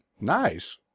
nice